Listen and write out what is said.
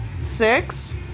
six